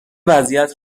وضعیت